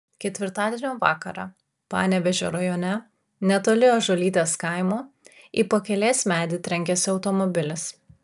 ketvirtadienio vakarą panevėžio rajone netoli ąžuolytės kaimo į pakelės medį trenkėsi automobilis